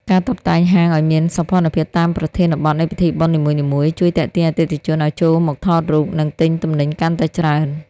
ការតុបតែងហាងឱ្យមានសោភ័ណភាពតាមប្រធានបទនៃពិធីបុណ្យនីមួយៗ ជួយទាក់ទាញអតិថិជនឱ្យចូលមកថតរូប និងទិញទំនិញកាន់តែច្រើន។